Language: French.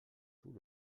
tout